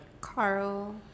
Carl